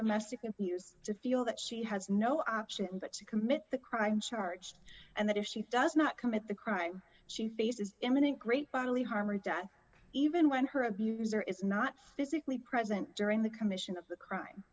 domestic years to feel that she has no option but to commit the crime charged and that if she does not commit the crime she faces imminent great bodily harm or death even when her abuser is not physically present during the commission of the crime